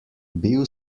bil